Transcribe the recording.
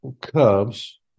Cubs